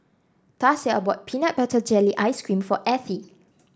Tasia bought Peanut Butter Jelly Ice cream for Ethie